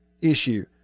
issue